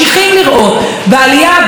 והעלייה הבלתי-פוסקת,